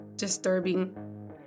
disturbing